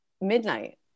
midnight